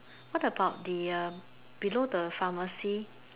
what about the uh below the pharmacy